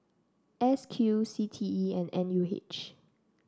S Q C T E and N U H